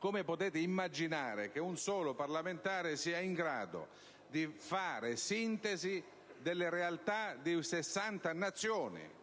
come potete immaginare che un solo parlamentare sia in grado di fare sintesi delle realtà di 60 Nazioni?